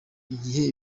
igihe